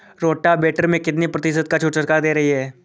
Rotavator में कितनी प्रतिशत का छूट सरकार दे रही है?